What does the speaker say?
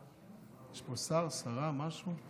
יש פה שר, שרה, משהו?